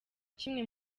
kimwe